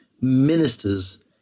ministers